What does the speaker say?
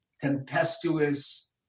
tempestuous